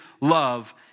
love